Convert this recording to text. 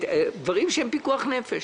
דברים שהם פיקוח נפש,